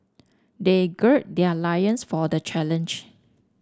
they gird their loins for the challenge